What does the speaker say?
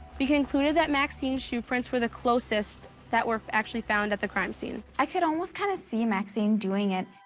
we concluded that maxine's shoe prints were the closest, that were actually found at the crime scene. i could almost kind of see maxine doing it.